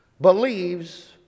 believes